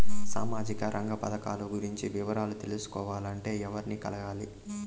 సామాజిక రంగ పథకాలు గురించి వివరాలు తెలుసుకోవాలంటే ఎవర్ని కలవాలి?